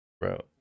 bro